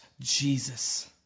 Jesus